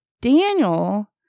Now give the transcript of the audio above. Daniel